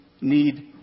need